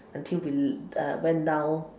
until we uh went down